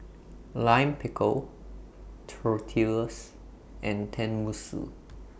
Lime Pickle Tortillas and Tenmusu